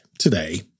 today